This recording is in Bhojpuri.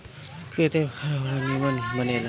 एकरी तेल में खाना बड़ा निमन बनेला